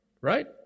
Right